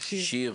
שיר